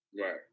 Right